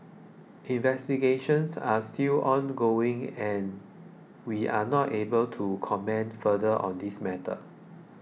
investigations are still ongoing and we are not able to comment further on this matter